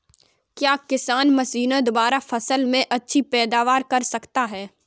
क्या किसान मशीनों द्वारा फसल में अच्छी पैदावार कर सकता है?